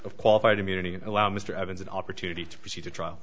of qualified immunity and allow mr evans an opportunity to proceed to trial